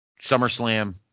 SummerSlam